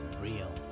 real